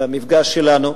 במפגש שלנו,